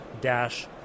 Dash